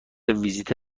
ویزیت